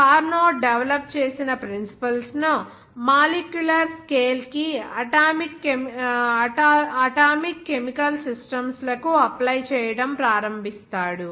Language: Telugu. Clausius కార్నోట్ డెవలప్ చేసిన ప్రిన్సిపుల్స్ ను మాలిక్యులర్ స్కేల్ కి అటామిక్ కెమికల్ సిస్టమ్స్ లకు అప్లై చేయడం ప్రారంభిస్తాడు